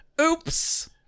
Oops